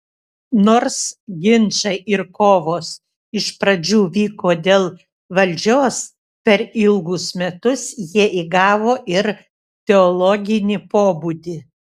nors ginčai ir kovos iš pradžių vyko dėl valdžios per ilgus metus jie įgavo ir teologinį pobūdį